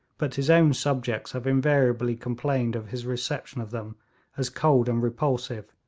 but his own subjects have invariably complained of his reception of them as cold and repulsive,